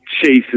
chases